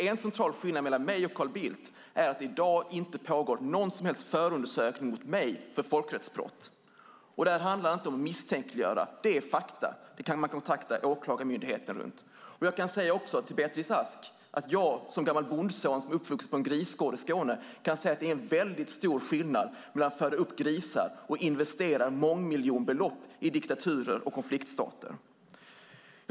En central skillnad mellan mig och Carl Bildt är att det i dag inte pågår någon förundersökning mot mig för folkrättsbrott. Det handlar inte om att misstänkliggöra; det är fakta. Man kan kontakta Åklagarmyndigheten om det. Som gammal bondson uppvuxen på en grisgård i Skåne, Beatrice Ask, kan jag säga att det är stor skillnad mellan att föda upp grisar och att investera mångmiljonbelopp i diktaturer och konfliktstater.